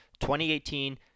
2018